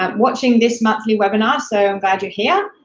um watching this monthly webinar, so i'm glad you're here,